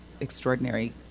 extraordinary